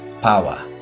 power